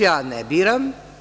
Ja ne biram.